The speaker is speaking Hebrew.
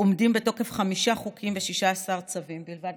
עומדים בתוקף חמישה חוקים ו-16 צווים בלבד.